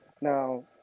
now